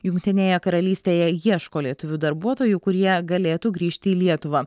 jungtinėje karalystėje ieško lietuvių darbuotojų kurie galėtų grįžti į lietuvą